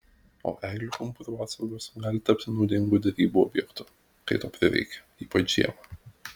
o eglių pumpurų atsargos gali tapti naudingu derybų objektu kai to prireikia ypač žiemą